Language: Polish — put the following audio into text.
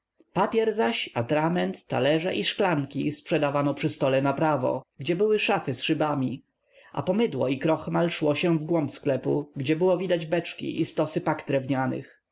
papier zaś atrament talerze i szklanki sprzedawano przy stole na prawo gdzie były szafy z szybami a po mydło i krochmal szło się w głąb sklepu gdzie było widać beczki i stosy pak drewnianych